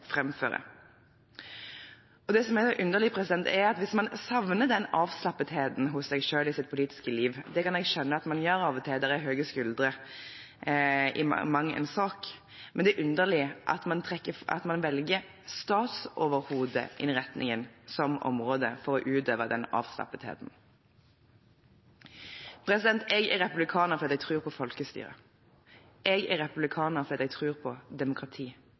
Det som er underlig, er at hvis man savner den avslappetheten hos seg selv i sitt politiske liv – det kan jeg skjønne at man gjør av og til, det er høye skuldre i mang en sak – velger man statsoverhodeinnretningen som område for å utøve den avslappetheten. Jeg er republikaner fordi jeg tror på folkestyret. Jeg er republikaner fordi jeg tror på